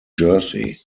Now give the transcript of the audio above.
jersey